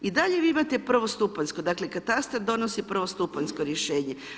I dalje vi imate prvostupanjsko, dakle katastar donosi prvostupanjsko rješenje.